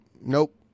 Nope